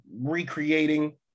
recreating